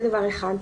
זה דבר אחד.